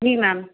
जी ma'am